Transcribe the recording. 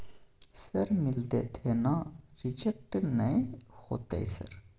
Sir मिलते थे ना रिजेक्ट नय होतय सर?